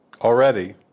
already